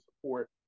support